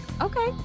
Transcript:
okay